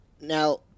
Now